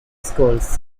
schools